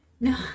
No